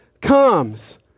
comes